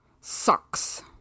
sucks